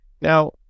now